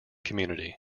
community